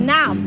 Now